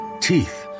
teeth